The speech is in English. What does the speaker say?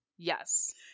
Yes